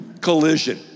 collision